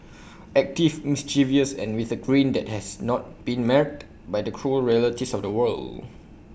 active mischievous and with A grin that has not been marred by the cruel realities of the world